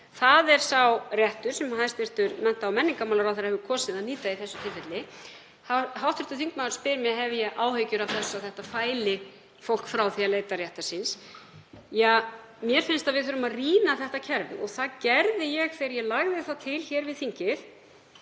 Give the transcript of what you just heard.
Það er sá réttur sem hæstv. mennta- og menningarmálaráðherra hefur kosið að nýta í þessu tilfelli. Hv. þingmaður spyr mig: Hef ég áhyggjur af þessu, að þetta fæli fólk frá því að leita réttar síns? Ja, mér finnst að við þurfum að rýna þetta kerfi og það gerði ég þegar ég lagði það til við þingið